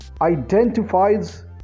Identifies